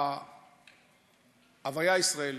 בהוויה הישראלית.